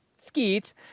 Skeets